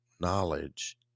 knowledge